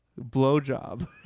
Blowjob